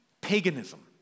paganism